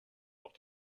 auch